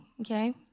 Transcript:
okay